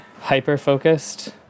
hyper-focused